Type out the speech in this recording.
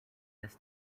this